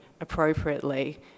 appropriately